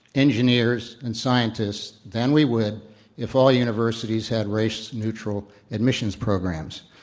engineers, and scientists than we would if all universities had race neutral admissions programs,